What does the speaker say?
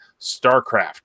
StarCraft